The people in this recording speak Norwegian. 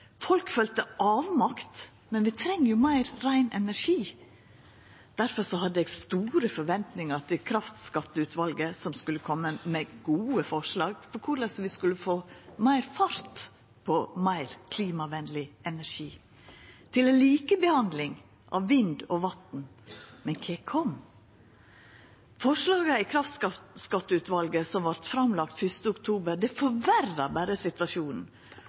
Folk følte avmakt – men vi treng jo meir rein energi. Difor hadde eg store forventningar til kraftskatteutvalet, som skulle koma med gode forslag til korleis vi skulle få større fart på meir klimavenleg energi – til ei likebehandling av vind og vatn. Men kva kom? Forslaga til kraftskatteutvalet som vart framlagde 1. oktober, forverra berre situasjonen.